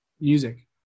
music